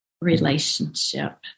relationship